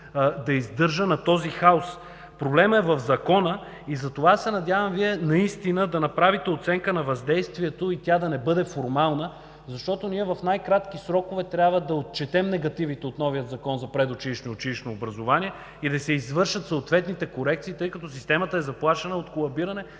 да издържа на този хаос. Проблемът е в Закона и затова се надявам Вие наистина да направите оценка на въздействието и тя да не бъде формална, защото ние в най-кратки срокове трябва да отчетем негативите от новия Закон за предучилищно и училищно образование и да се извършат съответните корекции, тъй като системата е заплашена от колабиране.